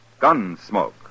Gunsmoke